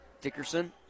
Dickerson